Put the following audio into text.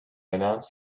announce